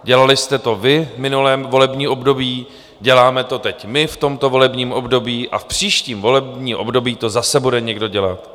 Dělali jste to vy v minulém volebním období, děláme to teď my v tomto volebním období a v příštím volebním období to zase bude někdo dělat.